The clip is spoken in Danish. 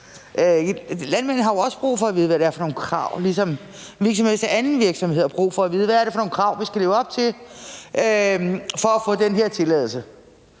Landmændene har jo også brug for at vide, hvad det er for nogle krav, ligesom en hvilken som helst anden virksomhed har brug for at vide, hvad det er for nogle krav, de skal leve op til for at få den her tilladelse.